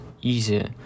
easier